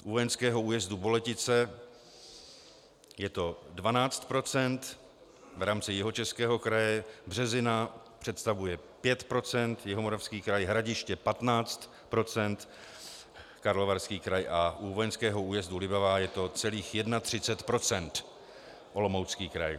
U vojenského újezdu Boletice je to 12 % v rámci Jihočeského kraje, Březina představuje 5 % Jihomoravský kraj, Hradiště 15 % Karlovarský kraj a u vojenského újezdu Libavá je to celých 31 % Olomoucký kraj.